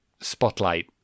spotlight